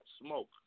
smoke